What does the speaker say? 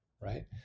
right